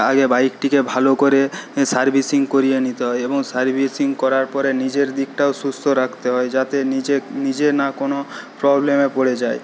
আগে বাইকটিকে ভালো করে এ সার্ভিসিং করিয়ে নিতে হয় এবং সার্ভিসিং করার পরে নিজের দিকটাও সুস্থ রাখতে হয় যাতে নিজে নিজে না কোনো প্রবলেমে পড়ে যায়